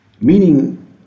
Meaning